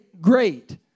great